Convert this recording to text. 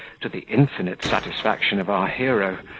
to the infinite satisfaction of our hero,